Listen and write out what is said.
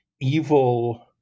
evil